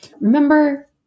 Remember